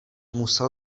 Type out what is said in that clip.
musel